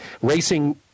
racing